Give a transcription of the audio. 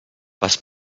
was